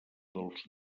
dels